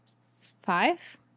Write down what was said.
five